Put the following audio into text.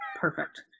Perfect